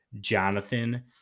Jonathan